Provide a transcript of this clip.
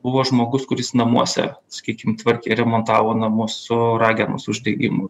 buvo žmogus kuris namuose sakykim tvarkė remontavo namus su ragenos uždegimu